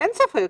אין ספק.